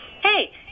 hey